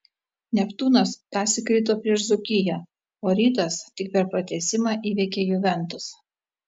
neptūnas tąsyk krito prieš dzūkiją o rytas tik per pratęsimą įveikė juventus